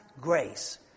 grace